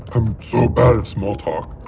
i'm so bad at small talk.